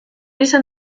izan